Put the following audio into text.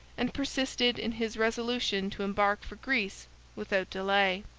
and persisted in his resolution to embark for greece without delay.